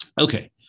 Okay